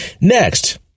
Next